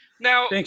now